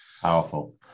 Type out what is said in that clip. Powerful